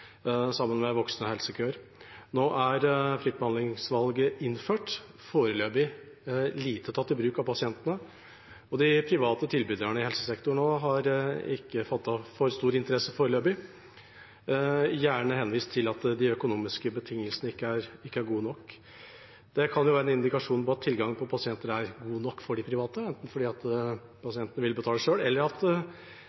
sammen med voksende helsekøer. Nå er fritt behandlingsvalg innført og foreløpig lite tatt i bruk av pasientene. De private tilbyderne i helsesektoren har foreløpig ikke fattet stor interesse og har gjerne henvist til at de økonomiske betingelsene ikke er gode nok. Det kan være en indikasjon om at tilgangen på pasienter er god nok for de private, enten fordi pasientene vil betale selv, eller at